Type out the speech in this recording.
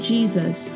Jesus